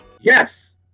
Yes